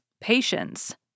Patience